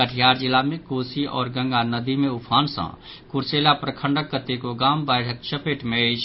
कटिहार जिला मे कोसी आओर गंगा नदी मे उफान सँ कुर्सेला प्रखंडक कतेको गाम बाढ़ि चपेट मे अछि